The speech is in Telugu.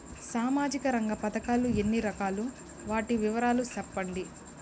సామాజిక రంగ పథకాలు ఎన్ని రకాలు? వాటి వివరాలు సెప్పండి